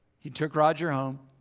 he took roger home.